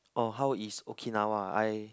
uh how is Okinawa I